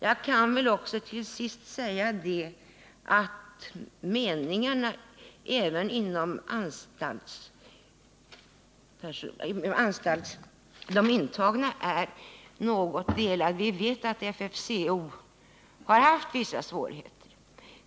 Jag kan väl också till sist säga att meningarna även bland de intagna tycks vara något delade. Vi vet att FFCO har haft vissa svårigheter.